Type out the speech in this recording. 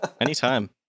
Anytime